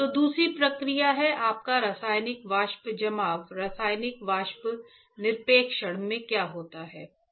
तो दूसरी प्रक्रिया है आपका रासायनिक वाष्प जमाव रासायनिक वाष्प निक्षेपण में क्या होता है